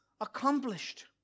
accomplished